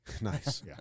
Nice